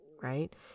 right